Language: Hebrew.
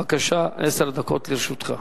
בבקשה, עשר דקות לרשותך.